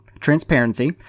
transparency